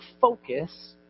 focus